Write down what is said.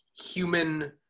human